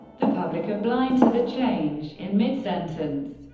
the public are blind to the change in mid-sentence,